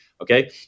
okay